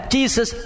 Jesus